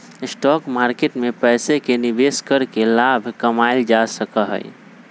stock market में पैसे के निवेश करके लाभ कमावल जा सका हई